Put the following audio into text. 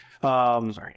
Sorry